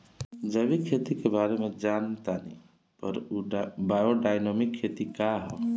जैविक खेती के बारे जान तानी पर उ बायोडायनमिक खेती का ह?